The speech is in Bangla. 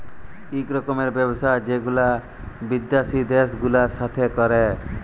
ইক রকমের ব্যবসা যেগুলা বিদ্যাসি দ্যাশ গুলার সাথে ক্যরে